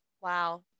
Wow